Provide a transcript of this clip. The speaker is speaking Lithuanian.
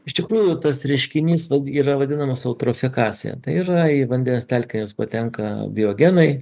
iš tikrųjų tas reiškinys daug yra vadinamas eutrofikacija tai yra į vandens telkinius patenka biogenai